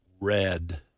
red